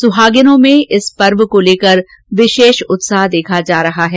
सुहागिनों में इस पर्व को लेकर विशेष उत्साह देखा जा रहा है